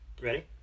Ready